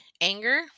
anger